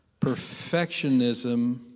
Perfectionism